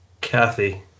Kathy